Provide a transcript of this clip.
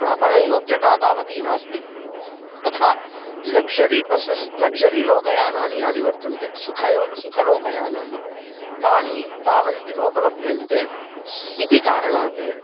प्रापणयोग्यता तावती नास्ति तथा लक्ज़री बस्सेस् लक्ज़री लोकयानानि यानि वर्तन्ते सुख सुखालोकयानानि तानि तावन्ति नोपलभ्यन्ते इति कारणात्